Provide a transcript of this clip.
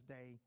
Day